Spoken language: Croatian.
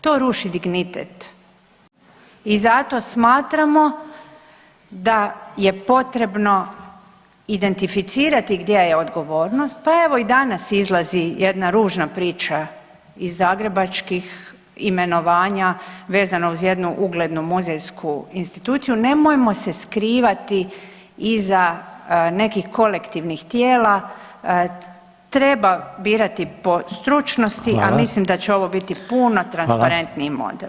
To ruši dignitet i zato smatramo da je potrebno identificirati gdje je odgovornost, pa evo i danas izlazi jedna ružna priča iz zagrebačkih imenovanja vezano uz jednu uglednu muzejsku instituciju, nemojmo se skrivati iza nekih kolektivnih tijela, treba birati po stručnosti, a mislim da će ovo biti puno transparentniji model.